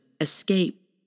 escape